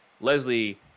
Leslie